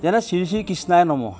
যেনে শ্ৰী শ্ৰী কৃষ্ণাই নমঃ